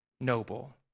noble